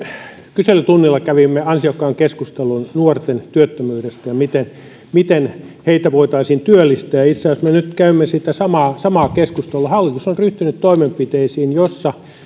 kyselytunnilla kävimme ansiokkaan keskustelun nuorten työttömyydestä ja siitä miten heitä voitaisiin työllistää itse asiassa me käymme nyt sitä samaa keskustelua hallitus on ryhtynyt toimenpiteisiin joilla